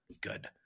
good